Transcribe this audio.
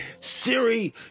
Siri